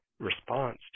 response